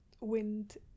wind